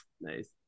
Nice